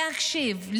להקשיב,